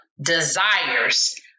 desires